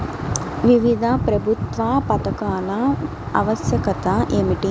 వివిధ ప్రభుత్వా పథకాల ఆవశ్యకత ఏమిటి?